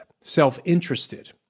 self-interested